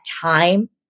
time